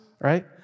right